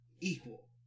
equal